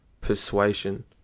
persuasion